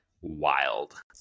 wild